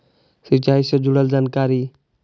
सिंचाई से जुड़ल जानकारी?